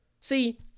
see